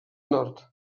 nord